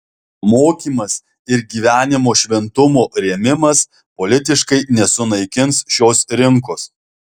mokymas ir gyvenimo šventumo rėmimas politiškai nesunaikins šios rinkos